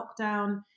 lockdown